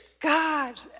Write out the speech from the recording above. God